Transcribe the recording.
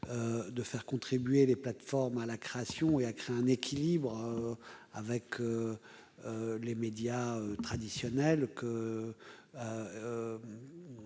de faire contribuer les plateformes à la création et de créer les conditions d'un équilibre avec les médias traditionnels